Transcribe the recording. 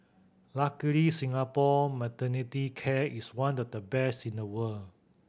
luckily Singapore maternity care is one of the best in the world